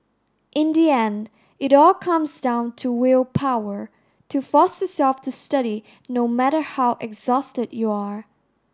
in the end it all comes down to willpower to force yourself to study no matter how exhausted you are